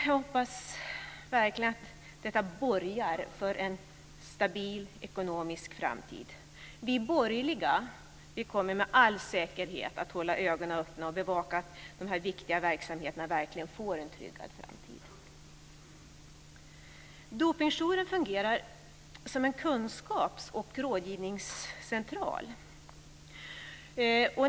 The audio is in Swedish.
Jag hoppas verkligen att detta borgar för en stabil ekonomisk framtid. Vi borgerliga kommer med all säkerhet att hålla ögonen öppna och bevaka att de här viktiga verksamheterna verkligen får en tryggad framtid. Dopingjouren fungerar som en kunskaps och rådgivningscentral.